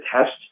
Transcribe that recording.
test